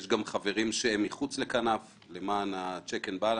יש גם חברים שהם מחוץ לכלל ניהול פיננסים.